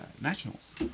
nationals